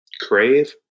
crave